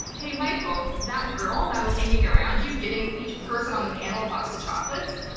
hey michael, that girl that was hanging around you, giving each person on the panel a box of chocolates,